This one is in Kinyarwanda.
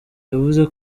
yavuze